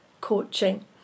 coaching